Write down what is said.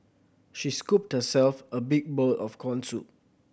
she scooped herself a big bowl of corn soup